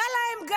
רע גם להם.